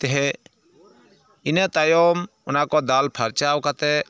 ᱛᱮᱦᱮᱸᱫ ᱤᱱᱟᱹ ᱛᱟᱭᱚᱢ ᱚᱱᱟᱠᱚ ᱫᱟᱞ ᱯᱷᱟᱨᱪᱟᱣ ᱠᱟᱛᱮ